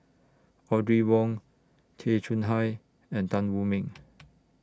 Audrey Wong Tay Chong Hai and Tan Wu Meng